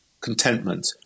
contentment